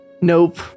Nope